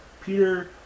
Peter